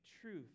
truth